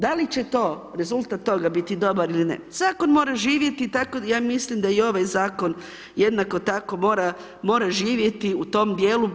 Da li će to rezultat toga biti dobar ili ne, zakon mora živjeti i tako ja mislim da i ovaj zakon jednako tako mora, mora živjeti u tom dijelu.